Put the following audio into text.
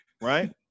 Right